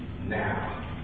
now